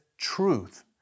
truth